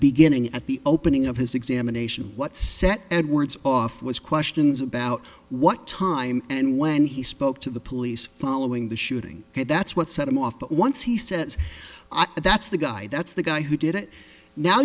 beginning at the opening of his examination what set edwards off was questions about what time and when he spoke to the police following the shooting and that's what set him off but once he says i that's the guy that's the guy who did it now